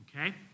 okay